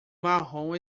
marrom